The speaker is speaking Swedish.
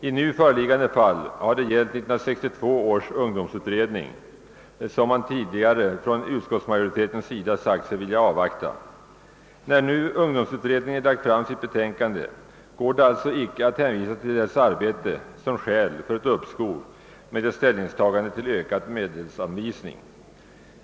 I föreliggande fall har det gällt 1962 års ungdomsutredning, som man tidigare från utskottsmajoritetens sida sagt sig vilja avvakta. När nu ungdomsutredningen lagt fram sitt betänkande går det alltså icke att hänvisa till dess arbete som skäl för ett uppskov med ställningstagandet till ökad medelsanvisning.